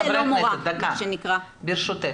ברשותך.